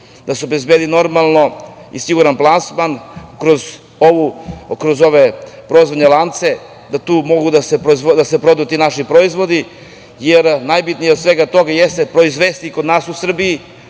da se obezbedi i siguran plasman kroz ove proizvodne lance, da tu mogu da se prodaju naši poljoprivredni proizvodi, jer najbitnije od svega toga proizvesti kod nas u Srbiji